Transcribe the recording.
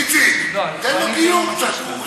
איציק, תן לו גיור קצת.